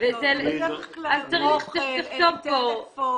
ואז הכול כבר רץ.